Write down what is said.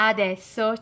Adesso